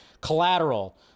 collateral